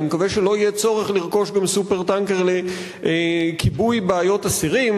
אני מקווה שלא יהיה צורך לרכוש "סופר-טנקר" גם לכיבוי בעיות אסירים,